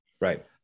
Right